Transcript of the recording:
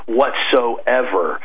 whatsoever